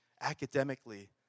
academically